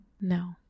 No